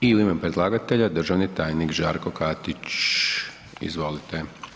I u ime predlagatelja, državni tajnik Žarko Katić, izvolite.